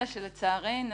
אלא שלצערנו,